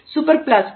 super plastic